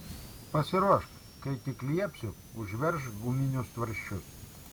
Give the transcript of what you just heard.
pasiruošk kai tik liepsiu užveržk guminius tvarsčius